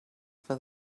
for